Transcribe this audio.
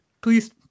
please